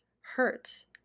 hurt